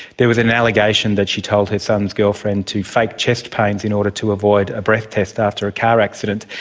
there was an allegation that she told her son's girlfriend to fake chest pains in order to avoid a breath test after a car accident,